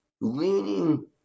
leaning